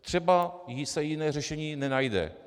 Třeba se jiné řešení nenajde.